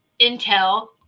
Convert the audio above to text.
intel